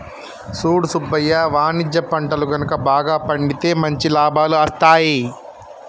సూడు సుబ్బయ్య వాణిజ్య పంటలు గనుక బాగా పండితే మంచి లాభాలు అస్తాయి